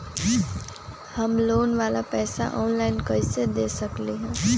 हम लोन वाला पैसा ऑनलाइन कईसे दे सकेलि ह?